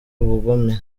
ubugome